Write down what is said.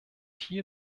hier